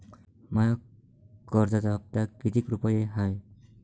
माया कर्जाचा हप्ता कितीक रुपये हाय?